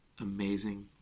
amazing